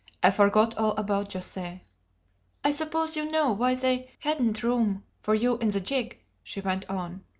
i forgot all about jose. i suppose you know why they hadn't room for you in the gig? she went on.